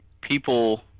people